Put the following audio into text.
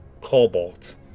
Cobalt